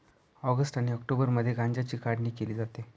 August आणि ऑक्टोबरमध्ये गांज्याची काढणी केली जाते